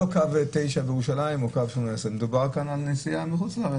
וזה לא קו 9 בירושלים או קו 18. מדובר פה על נסיעה מחוץ לארץ.